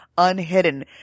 Unhidden